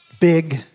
Big